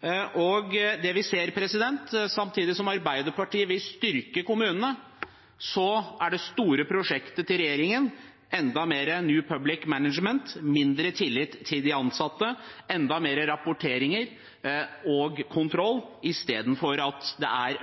var kommunalminister. Vi ser at samtidig som Arbeiderpartiet vil styrke kommunene, er det store prosjektet til regjeringen enda mer New Public Management, mindre tillit til de ansatte og enda mer rapportering og kontroll istedenfor